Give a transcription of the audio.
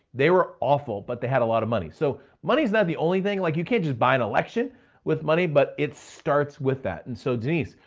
they were awful, but they had a lot of money. so money's not the only thing. like you can't just buy an election with money, but it starts with that. and so denise,